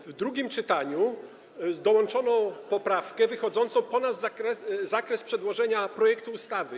W drugim czytaniu dołączono poprawkę wychodzącą poza zakres przedłożonego projektu ustawy.